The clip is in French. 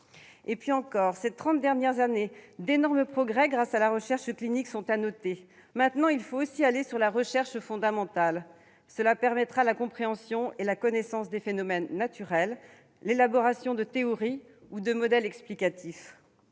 « Ces trente dernières années, d'énormes progrès grâce à la recherche clinique sont à noter. Maintenant, il faut aussi aller sur la recherche fondamentale. » Cela permettra la compréhension et la connaissance des phénomènes naturels, l'élaboration de théories ou de modèles explicatifs.